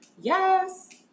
Yes